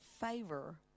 favor